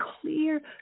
clear